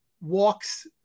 walks